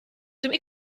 dem